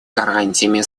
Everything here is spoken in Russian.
гарантиями